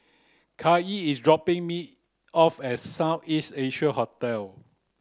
Kaycee is dropping me off at South East Asia Hotel